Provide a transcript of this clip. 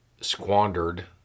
squandered